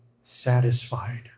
satisfied